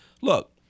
look